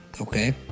Okay